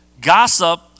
Gossip